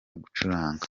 gucuranga